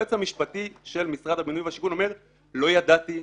והיועץ המשפטי של משרד הבינוי והשיכון אומר: לא ידעתי,